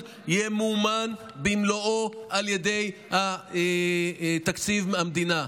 ימומן במלואו על ידי תקציב המדינה.